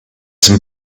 some